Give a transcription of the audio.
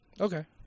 Okay